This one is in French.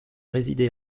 résider